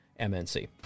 MNC